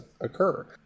occur